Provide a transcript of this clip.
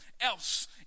else